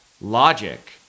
logic